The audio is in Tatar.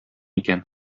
икән